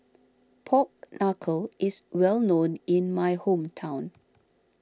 Pork Knuckle is well known in my hometown